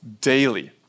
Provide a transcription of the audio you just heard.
daily